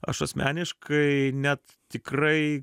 aš asmeniškai net tikrai